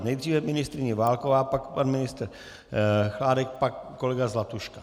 Nejdříve paní ministryně Válková, pak pan ministr Chládek, pak kolega Zlatuška.